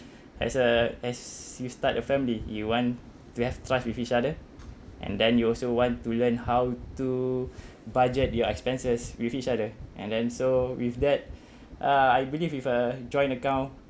as a as you start a family you want to have trust with each other and then you also want to learn how to budget your expenses with each other and then so with that uh I believe with a joint account